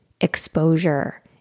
exposure